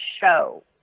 show